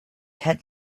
had